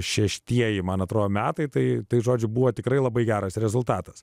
šeštieji man atrodo metai tai žodžiu buvo tikrai labai geras rezultatas